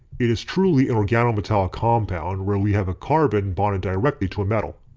it is truly an organometallic compound, where we have carbon bonded directly to a metal.